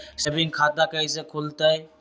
Saving खाता कैसे खुलतई?